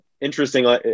interesting